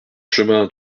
chemin